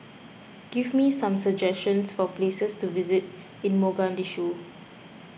give me some suggestions for places to visit in Mogadishu